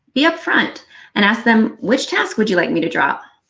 be upfront and ask them which task would you like me to drop?